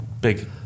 big